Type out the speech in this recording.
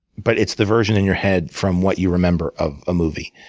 but it's the version in your head from what you remember of a movie.